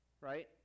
right